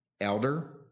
elder